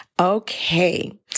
Okay